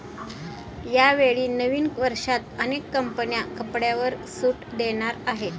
यावेळी नवीन वर्षात अनेक कंपन्या कपड्यांवर सूट देणार आहेत